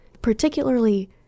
particularly